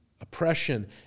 oppression